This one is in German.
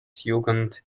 jugend